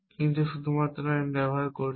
কিন্তু শুধুমাত্র আমি ব্যবহার করছি